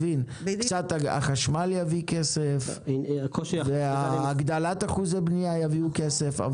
החשמל יביא כסף והגדלת אחוזי בנייה יביאו כסף.